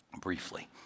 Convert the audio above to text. briefly